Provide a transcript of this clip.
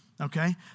okay